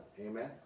Amen